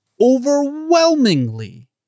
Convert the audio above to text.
overwhelmingly